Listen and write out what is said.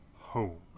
home